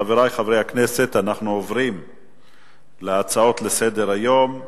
חברי חברי הכנסת, נעבור להצעות לסדר-היום בנושא: